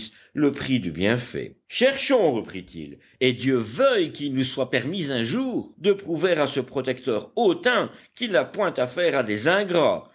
le prix du bienfait cherchons reprit-il et dieu veuille qu'il nous soit permis un jour de prouver à ce protecteur hautain qu'il n'a point affaire à des ingrats